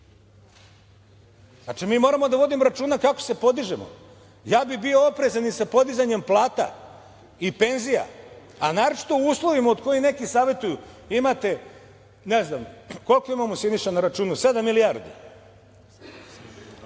kurs. Znači, mi moramo da vodimo računa kako se podižemo. Ja bih bio oprezan i sa podizanjem plata i penzija, a naročito u uslovima od kojih neki savetuju. Koliko imamo, Siniša, na računu, sedam milijardi?